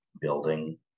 building